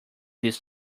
this